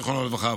זיכרונו לברכה,